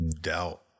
doubt